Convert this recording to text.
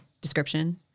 description